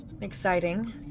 exciting